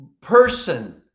person